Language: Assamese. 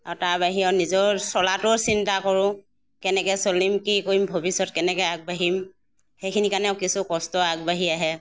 আৰু তাৰ বাহিৰে নিজৰ চলাতোও চিন্তা কৰোঁ কেনেকৈ চলিম কি কৰিম ভৱিষ্যত কেনেকৈ আগবাঢ়িম সেইখিনিৰ কাৰণেও কিছু কষ্ট আগবাঢ়ি আহে